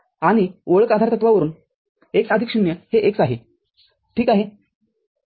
आणि ओळख आधारतत्वावरून x आदिक ० हे x आहे ठीक आहे